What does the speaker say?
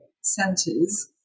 centers